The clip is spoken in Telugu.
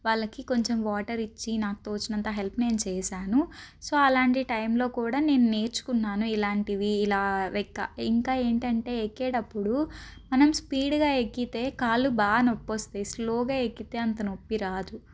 వాళ్ళకి కొంచెం వాటర్ ఇచ్చి నాకు తోచిన అంత హెల్ప్ నేను చేశాను సో అలాంటి టైంలో కూడా నేను నేర్చుకున్నాను ఇలాంటివి ఇలా వెక్కా ఇంకా ఏంటంటే ఎక్కేటప్పుడు మనం స్పీడ్గా ఎక్కితే కాళ్ళు బాగా నొప్పి వస్తాయి స్లోగా ఎక్కితే అంత నొప్పి రాదు